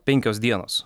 penkios dienos